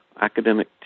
Academic